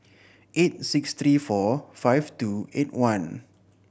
eight six three four five two eight one